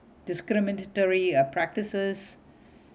discriminatory uh practices